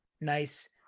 Nice